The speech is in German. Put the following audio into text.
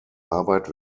arbeit